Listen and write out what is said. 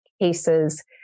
cases